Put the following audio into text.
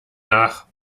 nach